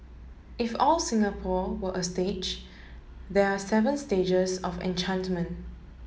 if all Singapore were a stage there are seven stages of enchantment